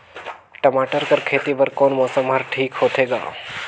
टमाटर कर खेती बर कोन मौसम हर ठीक होथे ग?